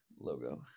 logo